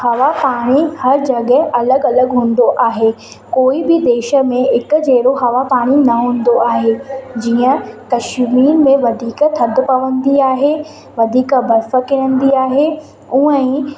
हवा पाणी हर जॻह अलॻि अलॻि हूंदो आहे कोई बि देश में हिकु जहिड़ो हवा पाणी न हूंदो आहे जीअं कश्मीर में वधीक थधि पवंदी आहे वधीक बर्फ किरंदी आहे उहा ई